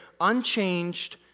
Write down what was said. unchanged